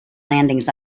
landings